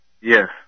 Yes